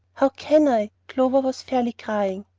how can i? clover was fairly crying.